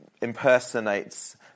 impersonates